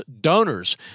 donors